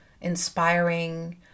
inspiring